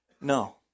No